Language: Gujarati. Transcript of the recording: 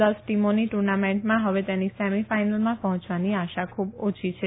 દસ ટીમોની ટુર્નામેન્ટમાં હવે તેની સેમી ફાઈનલમાં પહોચવાની આશા ખુબ ઓછી છે